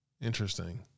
Interesting